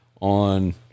on